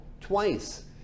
TWICE